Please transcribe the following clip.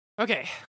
Okay